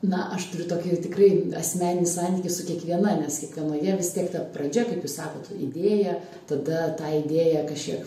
na aš turiu tokį tikrai asmeninį santykį su kiekviena nes kiekvienoje vis tiek ta pradžia kaip jūs sakot idėja tada tą idėją kažkiek